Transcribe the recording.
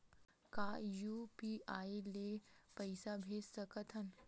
का यू.पी.आई ले पईसा भेज सकत हन?